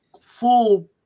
full